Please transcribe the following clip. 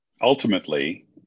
Ultimately